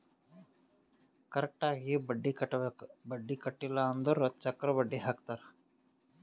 correct ಆಗಿ ಬಡ್ಡಿ ಕಟ್ಟಬೇಕ್ ಬಡ್ಡಿ ಕಟ್ಟಿಲ್ಲ ಅಂದುರ್ ಚಕ್ರ ಬಡ್ಡಿ ಹಾಕ್ತಾರ್